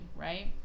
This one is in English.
right